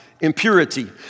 Impurity